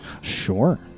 Sure